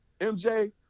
MJ